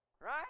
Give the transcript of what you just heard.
right